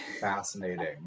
Fascinating